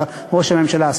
ראש הממשלה,